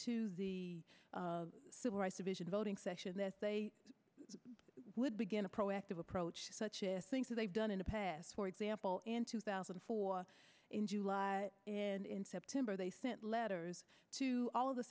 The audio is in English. to the civil rights division voting section that they would begin a proactive approach such things they've done in the past for example in two thousand and four in july and in september they sent letters to all of the